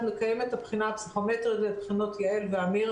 נקיים את הבחינה הפסיכומטרית ואת בחינות יע"ל ואמי"ר